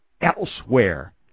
elsewhere